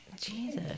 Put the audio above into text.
Jesus